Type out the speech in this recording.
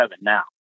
now